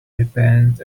repent